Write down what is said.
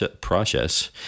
process